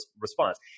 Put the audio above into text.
response